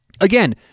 Again